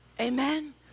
Amen